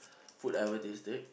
food I've ever tested